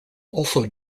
also